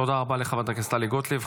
תודה רבה לחברת הכנסת טלי גוטליב.